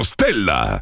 Stella